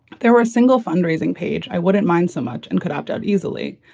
there were a single fundraising page. i wouldn't mind so much and could opt out easily.